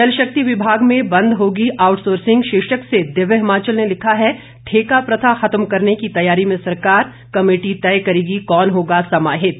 जलशक्ति विभाग में बंद होगी आउटसोर्सिंग शीर्षक से दिव्य हिमाचल ने लिखा है ठेका प्रथा खत्म करने की तैयारी में सरकार कमेटी तय करेगी कौन होगा समाहित